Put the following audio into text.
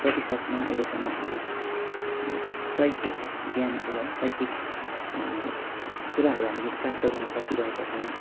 प्रतिशतमा अहिलेसम्म हामीले शैक्षिक ज्ञानहरू है शैक्षिक कुराहरू हामीले प्राप्त गर्न सकिरहेका छौँ